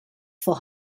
for